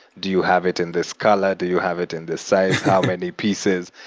do you have it in this color? do you have it in this size? how many pieces?